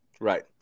Right